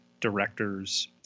directors